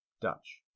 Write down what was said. Dutch